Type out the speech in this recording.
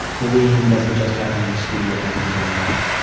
bullying doesn't just happen in the school, it happens online.